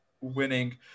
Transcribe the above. winning